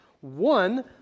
one